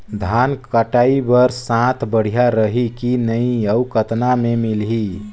धान कटाई बर साथ बढ़िया रही की नहीं अउ कतना मे मिलही?